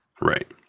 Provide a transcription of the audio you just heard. Right